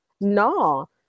No